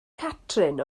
catrin